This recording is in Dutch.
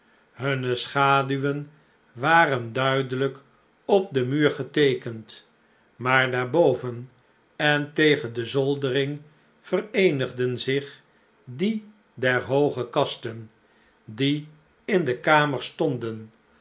hunne schaduwen waren duidelijk op den slechte tijden muur geteekend maar daarboveu en tegen de zoldering vereenigden zich die der hooge kasten die in de kamer stonden